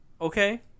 Okay